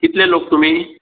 कितले लोक तुमी